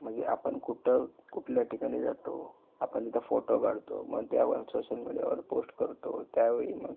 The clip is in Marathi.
म्हणजे आपण कुठं कुठल्या ठिकाणी जातो आपण तिथं फोटो काढतो मग ते आपण सोशल मीडियावर पोस्ट करतो त्यावेळी मग